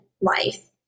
Life